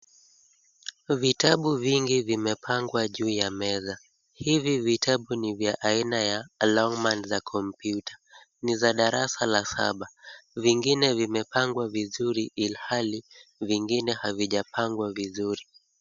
Vitabu vingi vimepangwa juu ya meza. Hivi vitabu ni vya aina ya Longhorn za kompyuta. Ni za darasa ya saba. Vingine vimepangwa vizuri ilhali vingine havijapangwa vizuri.